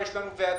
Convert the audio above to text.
יש לנו ועדים.